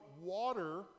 water